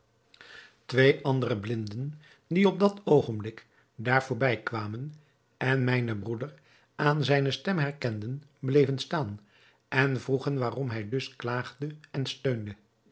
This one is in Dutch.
twee andere blinden die op dat oogenblik daar voorbij kwamen en mijnen broeder aan zijne stem herkenden bleven staan en vroegen waarom hij dus klaagde en steunde